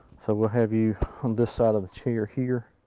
so we'll have you on this side of the chair here.